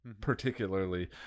particularly